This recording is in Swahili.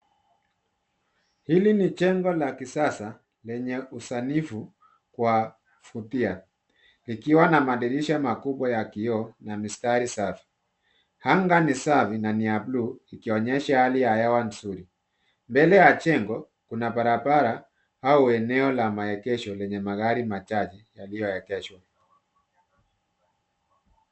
Hili ni jengo la kisasa lenye usanifu wa kuvutia, ikiwa na madirisha makubwa ya kioo na mistari safi. Anga ni safi na ni ya bluu, ikionyesha hali ya hewa nzuri. Mbele ya jengo kuna barabara au eneo la maegesho lenye magari machache yaliyoegeshwa.